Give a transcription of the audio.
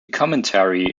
commentary